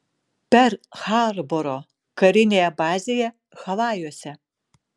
perl harboro karinėje bazėje havajuose